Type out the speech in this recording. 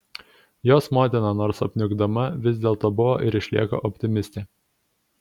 jos motina nors apniukdama vis dėlto buvo ir išlieka optimistė